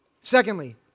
Secondly